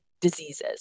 diseases